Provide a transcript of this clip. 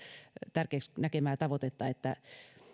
tärkeäksi näkemää tavoitetta että